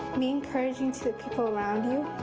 be encouraging to the people around you.